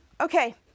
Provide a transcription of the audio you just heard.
Okay